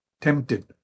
tempted